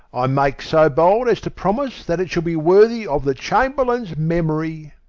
i make so bold as to promise that it shall be worthy of the chamberlain's memory.